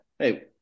hey